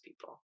people